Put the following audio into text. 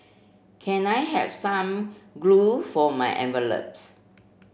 can I have some glue for my envelopes